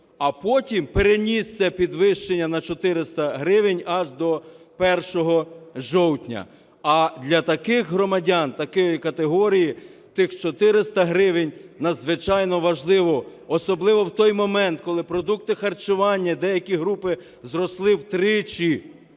а потім переніс це підвищення на 400 гривень аж до 1 жовтня. А для таких громадян, такої категорії, тих 400 гривень надзвичайно важливо, особливо в той момент, коли продукти харчування і деякі групи зросли втричі: